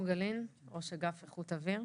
צור גלין, ראש אגף איכות אוויר.